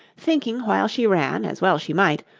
thinking while she ran, as well she might,